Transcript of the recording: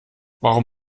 warum